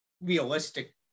realistic